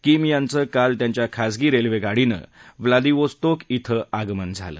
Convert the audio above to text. Kim यांचं काल त्यांच्या खासगी रेल्वेगाडीने व्लादिवोस्तोक ध्वें आगमन झालं